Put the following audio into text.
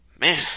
man